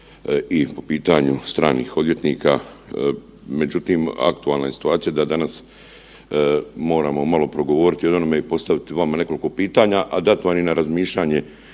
i po pitanju stranih odvjetnika. Međutim, aktualna je situacija da danas moramo malo progovoriti od onome i postaviti vama nekoliko pitanje, a dat vam i na razmišljanje